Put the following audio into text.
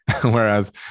Whereas